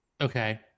Okay